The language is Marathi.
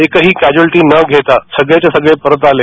एकही कॅजोल्टी न घेता सगळेच्या सगळे परत आले